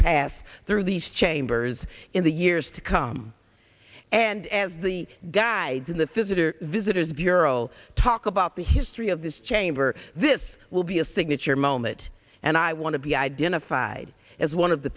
pass through these chambers in the years to come and as the guides in the physical visitors bureau talk about the history of this chamber this will be a signature moment and i want to be identified as one of the